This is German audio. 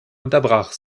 unterbrach